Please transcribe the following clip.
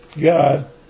God